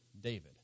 David